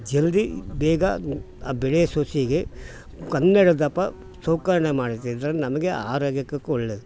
ಜಲ್ದಿ ಬೇಗ ಬೆಳೆಯೊ ಸಸಿಗೆ ಮಾಡ್ತಿದ್ದರೆ ನಮಗೆ ಆರೋಗ್ಯಕ್ಕೆ ಒಳ್ಳೆಯದು